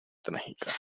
trágica